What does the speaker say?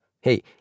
Hey